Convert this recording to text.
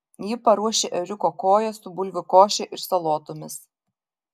ji paruošė ėriuko koją su bulvių koše ir salotomis